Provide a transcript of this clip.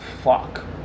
Fuck